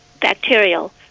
bacterial